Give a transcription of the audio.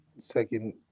second